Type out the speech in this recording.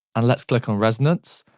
and let's click on resonance.